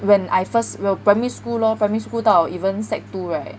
when I first when primary school lor primary school 到 even sec two right